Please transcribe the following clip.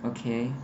okay